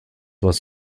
was